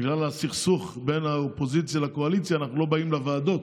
בגלל הסכסוך בין האופוזיציה לקואליציה אנחנו לא באים לוועדות,